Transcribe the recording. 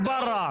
ברא,